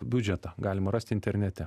biudžetą galima rasti internete